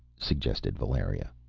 suggested valeria.